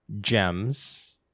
gems